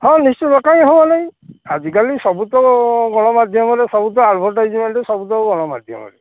ହଁ ନିଶ୍ଚିନ୍ତ କାହିଁ ହବ ନାହିଁ ଆଜିକାଲି ସବୁ ତ ଗଣମାଧ୍ୟମରେ ସବୁ ତ ଆଡ଼ଭରଟାଇଜର୍ମେଣ୍ଟ ସବୁ ତ ଗଣମାଧ୍ୟମରେ